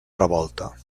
revolta